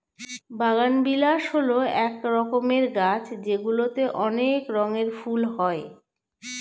বাগানবিলাস হল এক রকমের গাছ যেগুলিতে অনেক রঙের ফুল হয়